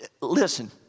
listen